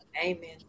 amen